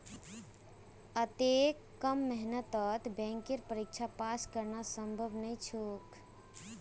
अत्ते कम मेहनतत बैंकेर परीक्षा पास करना संभव नई छोक